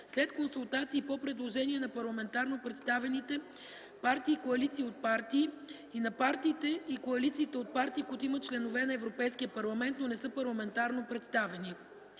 след консултации и по предложение на парламентарно представените партии и коалиции от партии и на партиите и коалициите от партии, които имат членове на Европейския парламент, но не са парламентарно представени.